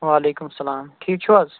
وعلیکُم السلام ٹھیٖک چھُو حظ